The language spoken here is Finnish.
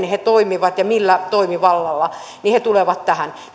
he toimivat ja millä toimivallalla he tulevat tähän